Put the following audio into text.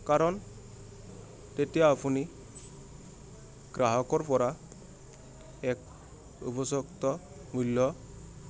কাৰণ তেতিয়া আপুনি গ্ৰাহকৰ পৰা এক উপযক্ত মূল্য